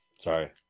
Sorry